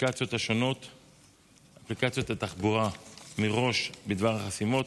אפליקציות התחבורה השונות בדבר החסימות?